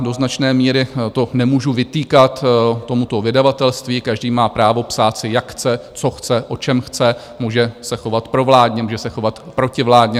Do značné míry to nemůžu vytýkat tomuto vydavatelství, každý má právo psát si, jak chce, co chce, o čem chce, může se chovat provládně, může se chovat protivládně.